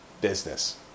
business